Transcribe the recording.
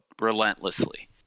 relentlessly